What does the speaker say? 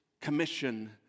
commission